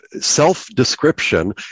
self-description